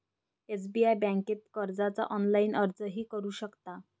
SBI बँकेत कर्जासाठी online अर्जही करू शकता